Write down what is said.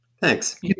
Thanks